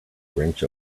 wrench